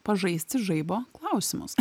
pažaisti žaibo klausimus